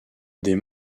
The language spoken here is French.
des